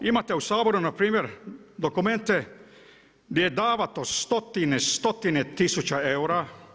Evo imate u Saboru npr. dokumente gdje je davato stotine, stotine tisuće eura.